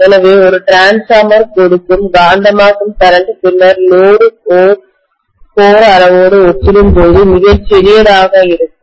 எனவே ஒரு ட்ரான்ஸ்ஃபார்மர் கொடுக்கும் காந்தமாக்கும் கரண்ட் பின்னர் லோடு கோர் அளவோடு ஒப்பிடும்போது மிகச்சிறியதாக இருக்கும்